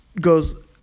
goes